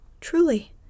truly